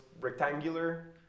rectangular